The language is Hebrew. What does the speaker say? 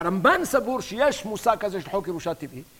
רמבן סבור שיש מושג הזה של חוקי ראושה טבעי